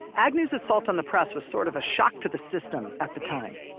agnew's assault on the press was sort of a shock to the system at the time.